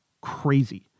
Crazy